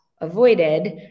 avoided